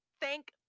thank